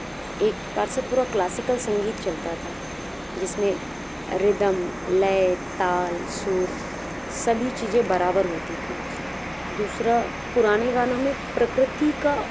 एक प्रकार से पूरा क्लासिकल संगीत चलता था जिसमें रिदम लय ताल सुर सभी चीज़ें बराबर होती थीं दूसरा पुराने गानों में प्रकृति का